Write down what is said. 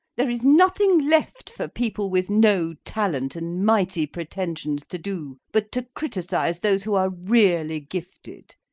there is nothing left for people with no talent and mighty pretensions to do but to criticise those who are really gifted.